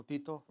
Tito